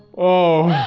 oh,